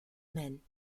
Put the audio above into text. men